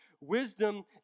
Wisdom